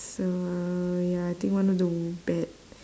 so ya I think one of the w~ bad